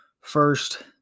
first